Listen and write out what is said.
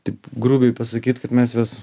taip grubiai pasakyt kad mes juos